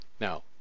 Now